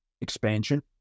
expansion